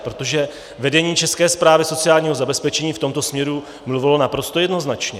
Protože vedení České správy sociálního zabezpečení v tomto směru mluvilo naprosto jednoznačně.